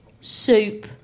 soup